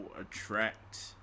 attract